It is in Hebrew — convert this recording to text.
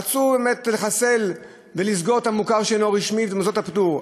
רצו באמת לחסל ולסגור את המוכר שאינו רשמי ואת מוסדות הפטור.